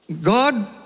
God